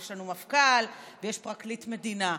יש לנו מפכ"ל ויש פרקליט מדינה.